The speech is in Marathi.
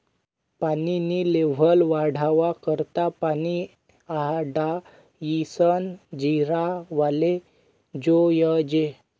पानी नी लेव्हल वाढावा करता पानी आडायीसन जिरावाले जोयजे